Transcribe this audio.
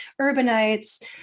urbanites